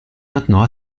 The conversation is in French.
maintenant